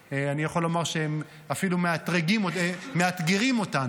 אני יכול לומר שהם אפילו מאתגרים אותנו.